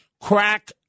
crack